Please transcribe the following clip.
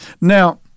Now